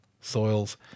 soils